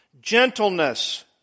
gentleness